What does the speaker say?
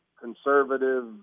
conservative